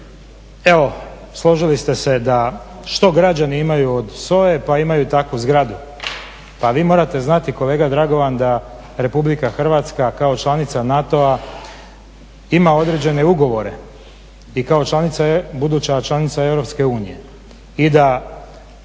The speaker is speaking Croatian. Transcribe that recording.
evo, složili ste se da što građani imaju od SOA-e, pa imaju takvu zgradu. Pa vi morate znati kolega Dragovan da Republika Hrvatska kao članica NATO-a ima određene ugovore i kao buduća članica